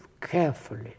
carefully